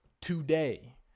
today